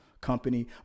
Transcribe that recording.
company